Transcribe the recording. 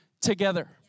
together